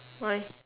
why